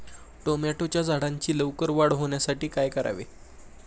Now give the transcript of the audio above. टोमॅटोच्या झाडांची लवकर वाढ होण्यासाठी काय करावे?